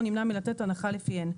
או נמנע מלתת הנחה לפיהן.